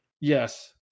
Yes